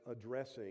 addressing